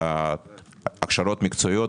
ולמערכת ההכשרות המקצועיות,